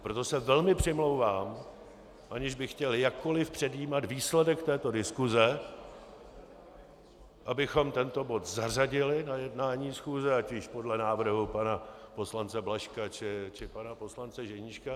Proto se velmi přimlouvám, aniž bych chtěl jakkoli předjímat výsledek této diskuse, abychom tento bod zařadili na jednání schůze, ať již podle návrhu pana poslance Blažka, či pana poslance Ženíška.